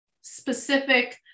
specific